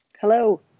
Hello